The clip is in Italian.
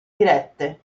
dirette